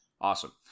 awesome